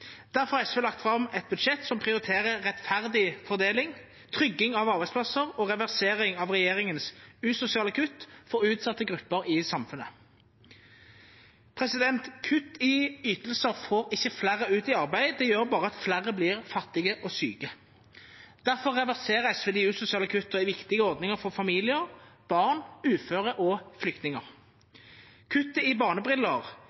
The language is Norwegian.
Derfor har SV lagt fram et budsjett som prioriterer rettferdig fordeling, trygging av arbeidsplasser og reversering av regjeringens usosiale kutt for utsatte grupper i samfunnet. Kutt i ytelser får ikke flere ut i arbeid, det gjør bare at flere blir fattige og syke. Derfor reverserer SV de usosiale kuttene i viktige ordninger for familier, barn, uføre og